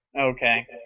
Okay